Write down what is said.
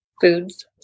foods